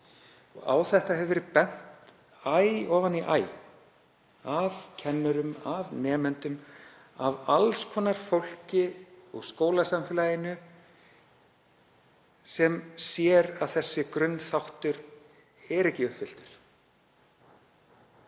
Á þetta hefur verið bent æ ofan í æ af kennurum, af nemendum, af alls konar fólki úr skólasamfélaginu sem sér að þessi grunnþáttur er ekki uppfylltur.